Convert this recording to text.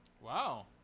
Wow